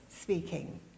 speaking